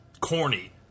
corny